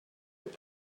your